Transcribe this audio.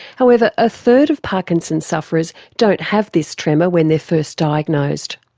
however, a third of parkinson's sufferers don't have this tremor when they're first diagnosed.